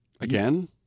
Again